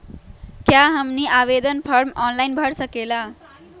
क्या हमनी आवेदन फॉर्म ऑनलाइन भर सकेला?